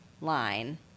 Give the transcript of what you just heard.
line